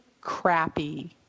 crappy